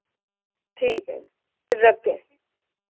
ठीक है फिर रखते हैं